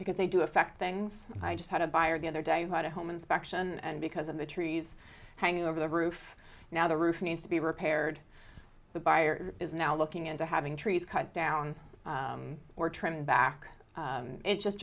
because they do affect things i just had a buyer the other day who had a home inspection and because of the trees hanging over the roof now the roof needs to be repaired the buyer is now looking into having trees cut down or trimming back it's just